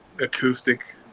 acoustic